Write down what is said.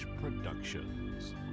Productions